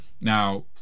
Now